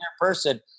person